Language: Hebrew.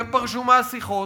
הם פרשו מהשיחות.